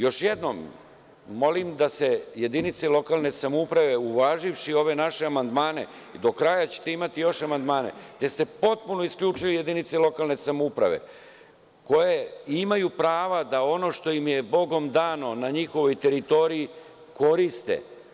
Još jednom molim da se jedinice lokalne samouprave uvaže ovim našim amandmane, a do kraja ćete imati još amandmana gde ste potpuno isključili jedinice lokalne samouprave koje imaju prava da ono što im je bogom dano na njihovoj teritoriji koriste.